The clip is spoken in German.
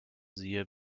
siehe